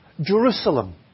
Jerusalem